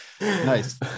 Nice